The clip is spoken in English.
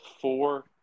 four